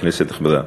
כנסת נכבדה,